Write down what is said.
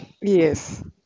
Yes